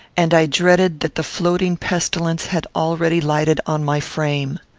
and i dreaded that the floating pestilence had already lighted on my frame.